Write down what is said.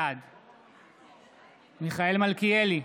בעד מיכאל מלכיאלי,